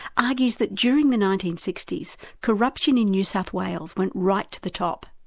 argues that during the nineteen sixty s, corruption in new south wales went right to the top.